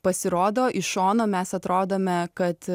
pasirodo iš šono mes atrodome kad